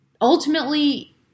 ultimately